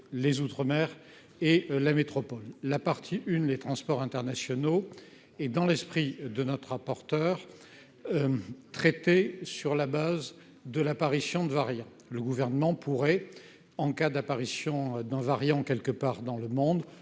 les outre-mer et la métropole, la partie une les transports internationaux et dans l'esprit de notre rapporteur, traité, sur la base de l'apparition de variants, le gouvernement pourrait, en cas d'apparition d'un variant quelque part dans le monde